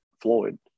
Floyd